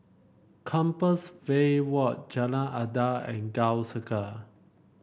Compassvale Walk Jalan Adat and Gul Circle